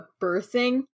birthing